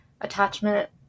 attachment